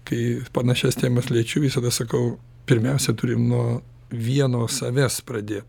kai panašias temas liečiu visada sakau pirmiausia turim nuo vieno savęs pradėt